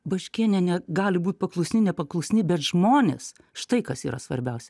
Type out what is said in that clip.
baškienė ne gali būti paklusni nepaklusni bet žmonės štai kas yra svarbiausia